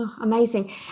Amazing